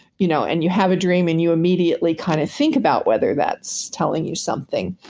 you know and you have a dream and you immediately kind of think about whether that's telling you something.